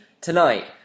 tonight